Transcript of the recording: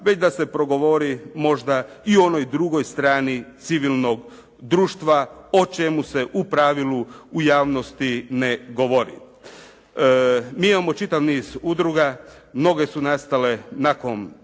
već da se progovori možda i o onoj drugoj strani civilnog društva o čemu se u pravilu u javnosti ne govori. Mi imamo čitav niz udruga. Mnoge su nastale nakon